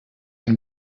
can